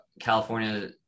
California